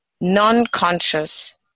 non-conscious